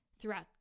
throughout